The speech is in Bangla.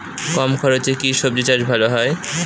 কম খরচে কি সবজি চাষ ভালো হয়?